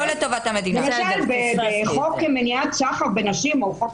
למשל בחוק למניעת סחר בנשים או בחוק